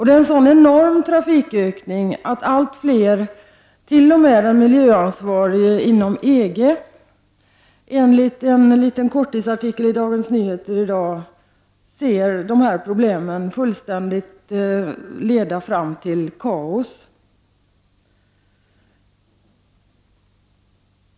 Det är en sådan enorm trafikökning att t.o.m. den miljöansvarige inom EG, enligt en kort artikel i Dagens Nyheter i dag, fruktar att dessa problem kommer att leda fram till fullständigt kaos.